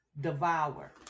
devour